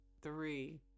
three